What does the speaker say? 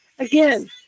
Again